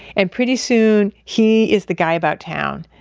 and pretty soon he is the guy about town.